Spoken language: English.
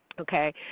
Okay